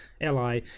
ally